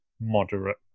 moderate